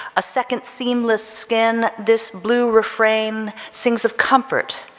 a second seamless skin, this blue refrain sings of comfort,